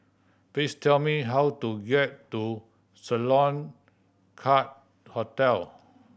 please tell me how to get to Sloane Court Hotel